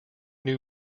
new